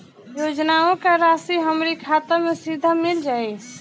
योजनाओं का राशि हमारी खाता मे सीधा मिल जाई?